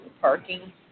parking